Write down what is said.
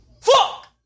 Fuck